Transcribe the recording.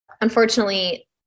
unfortunately